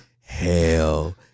hell